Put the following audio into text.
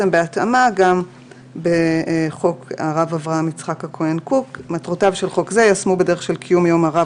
בהתאמה גם לגבי חוק הרב אברהם יצחק הכהן קוק: 2. "מטרותיו של חוק זה ייושמו בדרך של קיום יום הרב